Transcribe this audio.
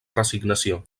resignació